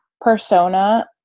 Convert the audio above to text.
persona